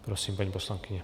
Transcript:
Prosím, paní poslankyně.